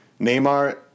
Neymar